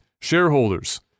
shareholders